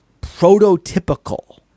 prototypical